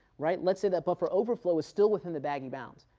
right. let's say that buffer overflow is still within the baggy bounds.